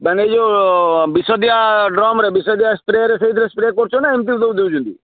ମାନେ ଯେଉଁ ବିଷ ଦିଆ ଡ୍ରମରେ ବିଷ ଦିଆ ସ୍ପ୍ରେରେ ସେଇଥିରେ ସ୍ପ୍ରେ କରୁଛ ନା ଏମିତି ଦଉଚନ୍ତି